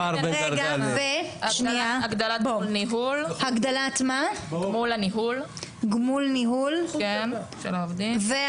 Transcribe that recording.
והגדלת גמול ניהול, של העובדים.